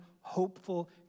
hopeful